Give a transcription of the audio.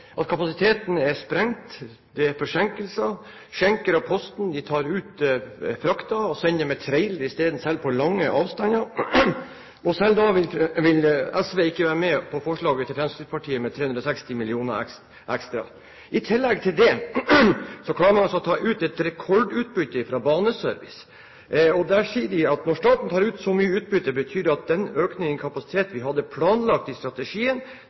at kapasiteten er sprengt, det er forsinkelser, Schenker og Posten tar ut frakten og sender den med trailere isteden, selv på lange avstander. Selv da vil SV ikke være med på forslaget til Fremskrittspartiet om 360 mill. kr ekstra. I tillegg til det klarer man altså å ta ut et rekordutbytte fra Baneservice. Administrerende direktør i Baneservice, Lars Skålnes, sier til tv2nyhetene.no. «Når staten tar så mye utbytte betyr det at den økningen i kapasitet som vi hadde planlagt i strategien